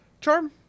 charm